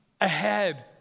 ahead